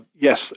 yes